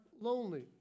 lonely